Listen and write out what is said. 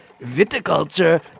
viticulture